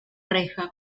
reja